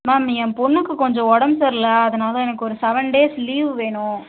ma'am என் பொண்ணுக்கு கொஞ்சம் உடம்பு சரியில்லை அதனால் எனக்கு ஒரு சவன் டேஸ் லீவ் வேணும்